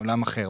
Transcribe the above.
עולם אחר.